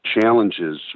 challenges